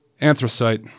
Anthracite